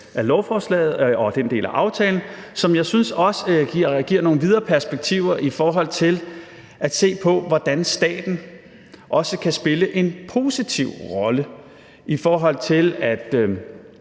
af lovforslaget og den del af aftalen, som jeg synes giver nogle videre perspektiver i forhold til at se på, hvordan staten kan spille en positiv rolle med hensyn til at